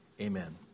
Amen